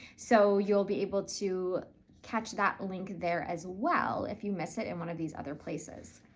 so you'll be able to catch that link there as well if you miss it in one of these other places.